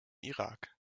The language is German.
irak